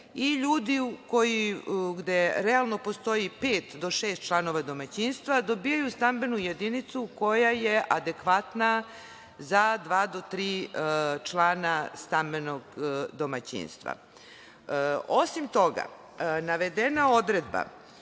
i ljudi, gde postoji realno pet ili šest članova domaćinstva, dobijaju stambenu jedinicu koja je adekvatna za dva do tri člana stambenog domaćinstva. Osim toga, navedena odredba